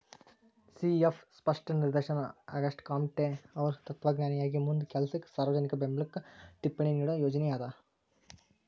C F ಸ್ಪಷ್ಟ ನಿದರ್ಶನ ಆಗಸ್ಟೆಕಾಮ್ಟೆಅವ್ರ್ ತತ್ವಜ್ಞಾನಿಯಾಗಿ ಮುಂದ ಕೆಲಸಕ್ಕ ಸಾರ್ವಜನಿಕ ಬೆಂಬ್ಲಕ್ಕ ಟಿಪ್ಪಣಿ ನೇಡೋ ಯೋಜನಿ ಅದ